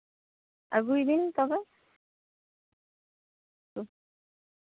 ᱟᱹᱜᱩᱭᱮᱵᱤᱱ ᱛᱚᱵᱮ ᱛᱚ